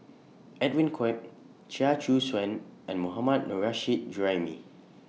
Edwin Koek Chia Choo Suan and Mohammad Nurrasyid Juraimi